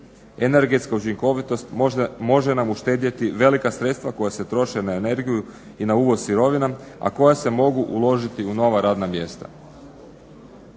Energetska učinkovitost može nam uštedjeti velika sredstva koja se troše na energiju i na uvoz sirovina, a koja se mogu uložiti u nova radna mjesta.